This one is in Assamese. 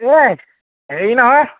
এই হেৰি নহয়